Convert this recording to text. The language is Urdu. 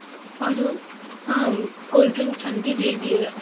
اور کولڈ ڈرنک ٹھنڈی بھیجیے گا